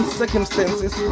circumstances